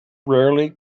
rarely